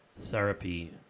therapy